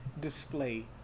display